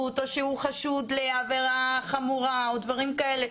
או שהוא חשוד לעבירה חמורה או דברים כאלה,